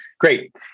Great